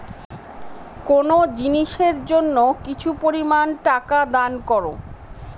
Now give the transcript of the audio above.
কোনো জিনিসের জন্য কিছু পরিমান টাকা দান করো